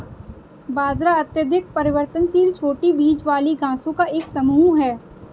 बाजरा अत्यधिक परिवर्तनशील छोटी बीज वाली घासों का एक समूह है